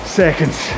seconds